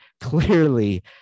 Clearly